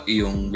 yung